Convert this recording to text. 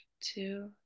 two